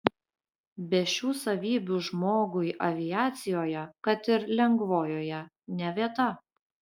be šių savybių žmogui aviacijoje kad ir lengvojoje ne vieta